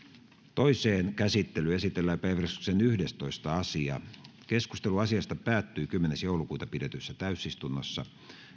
toiseen käsittelyyn esitellään päiväjärjestyksen yhdestoista asia keskustelu asiasta päättyi kymmenes kahdettatoista kaksituhattayhdeksäntoista pidetyssä täysistunnossa